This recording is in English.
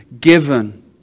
given